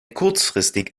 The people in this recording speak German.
kurzfristig